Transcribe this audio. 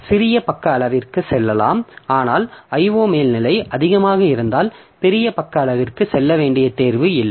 சிறிய பக்க அளவிற்கு செல்லலாம் ஆனால் IO மேல்நிலை அதிகமாக இருந்தால் பெரிய பக்க அளவிற்கு செல்ல வேண்டிய தேர்வு இல்லை